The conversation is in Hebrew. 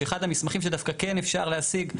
שאחד המסמכים שדווקא כן אפשר להשיג,